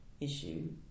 issue